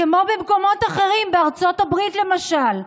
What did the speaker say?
כמו במקומות אחרים, בארצות הברית למשל.